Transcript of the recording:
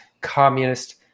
communist